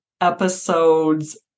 episodes